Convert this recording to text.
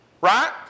Right